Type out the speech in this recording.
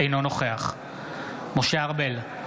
אינו נוכח משה ארבל,